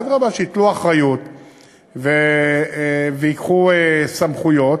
אדרבה, שייטלו אחריות וייקחו סמכויות.